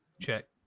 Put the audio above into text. check